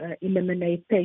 eliminate